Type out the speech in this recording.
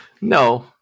no